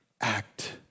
Act